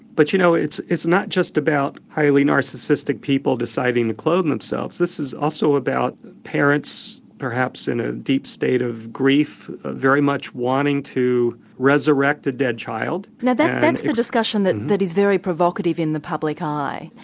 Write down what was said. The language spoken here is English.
but you know it's it's not just about highly narcissistic people deciding to clone themselves, this is also about parents, perhaps in a deep state of grief, very much wanting to resurrect a dead child. now that's the discussion that that is very provocative in the public eye.